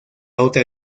otra